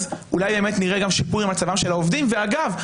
אז אולי נראה גם שיפור במצבם של העובדים ואגב,